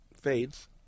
fades